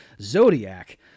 Zodiac